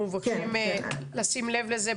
אנחנו מבקשים לשים לב לזה,